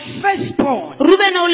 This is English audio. firstborn